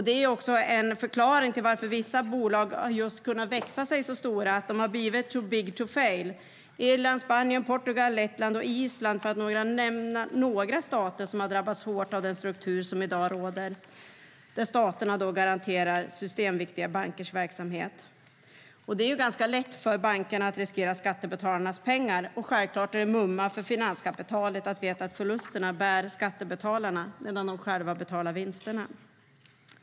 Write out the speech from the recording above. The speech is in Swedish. Det är också en förklaring till att vissa bolag har kunnat växa sig så stora att de har blivit too big to fail. Irland, Spanien, Portugal, Lettland och Island är några stater jag kan nämna som har drabbats hårt av den struktur som i dag råder, där staterna garanterar systemviktiga bankers verksamhet. Det är ganska lätt för bankerna att riskera skattebetalarnas pengar. Och självklart är det mumma för finanskapitalet att veta att skattebetalarna bär förlusterna medan de själva tar vinsterna.